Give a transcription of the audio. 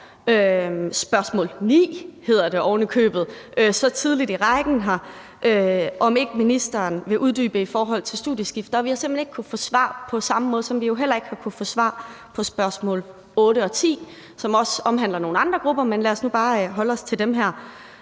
spørgsmål nr. 9 hedder det ovenikøbet; så tidligt i rækken lå det – om ministeren ikke ville uddybe det i forhold til studieskift. Og vi har simpelt hen ikke kunnet få svar på det, på samme måde som vi jo heller ikke har kunnet få svar på spørgsmål nr. 8 og 10, som omhandler nogle andre grupper, men lad os nu bare holde os til dem her.